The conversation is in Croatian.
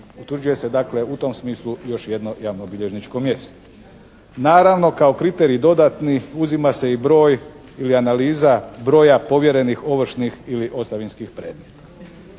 utvrđuje se dakle u tom smislu još jedno javnobilježničko mjesto. Naravno kao kriterij dodatni uzima se i broj ili analiza broja povjerenih ovršnih ili ostavinskih predmeta.